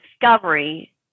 discovery